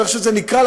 או איך שזה נקרא,